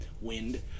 wind